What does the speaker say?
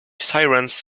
sirens